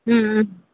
ம் ம்